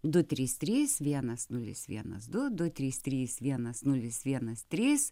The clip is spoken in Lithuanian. du trys trys vienas nulis vienas du du trys trys vienas nulis vienas trys